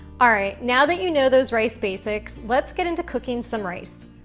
all right, now that you know those rice basics, let's get into cooking some rice.